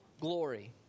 glory